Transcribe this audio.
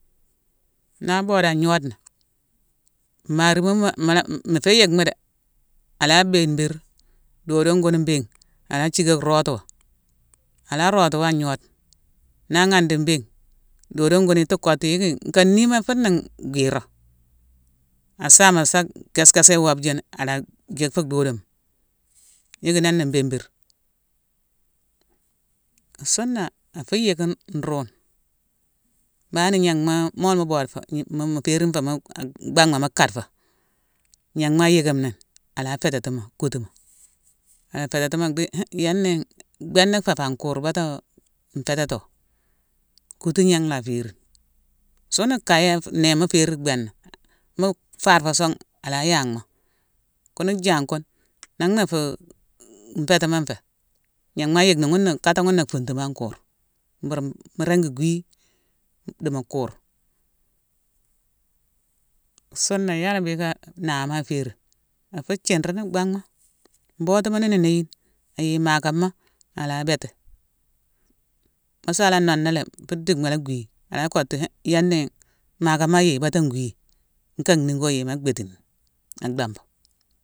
Na boode da ngnodena, mmarimune ma-ma-mala mufé yickmi dé. Ala binbir, dodone gunne mbéghine, ala thicka wo rootuwo. Ala rootuwo agnodena. Na ghandi mbéghine, dodone gunne iti kottu yicki aka ninghima la funa gwiro. Asame asa kes-kesé iwobjune, ala jick fu dodoma, yicki nin ne mbimbir. Soonna, afu yick nruwune, ma hane gnéghma, mola mu bodfo, mu-mu ferighfo mu-a- abam ma mu katfo, gnaghma yickime ni, ala fététimo kutuma. Ala fététimo dhi hum yenné bhéna féfan kur, batoo nfététo. Kutu gnin la férine. Soonna kaye nerma férini bhéna. Mu farfo son. ala yam mo. Kune janckune nanghna foo nfétima nfé. Gnam ma yickni ghuna-kataghune na funtuma an kur, mbur mu gwiy dimu kurma. Soonna yala mbhické nahama aférine, afu thiirine banghma. Mbotuma, ninu néyine, ayeye maa kama, ala béti. Musala nonalé fu dickma la gwiy, ala kottu hum yéné maa kama ayeye, bata ngwiy, nka nningo yema abétini, a dhambo